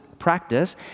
practice